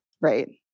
right